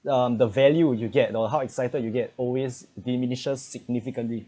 um the value you get you know how excited you get always diminishes significantly